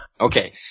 Okay